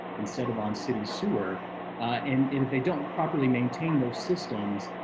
instead of on city sewer and if they don't properly maintain those systems,